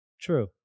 True